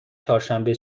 چهارشنبه